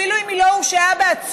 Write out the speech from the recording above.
אפילו אם היא לא הורשעה בעצמה,